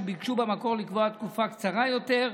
שביקשו במקור לקבוע תקופה קצרה יותר,